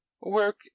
work